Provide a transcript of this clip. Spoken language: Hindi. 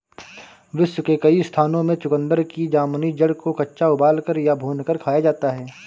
विश्व के कई स्थानों में चुकंदर की जामुनी जड़ को कच्चा उबालकर या भूनकर खाया जाता है